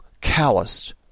calloused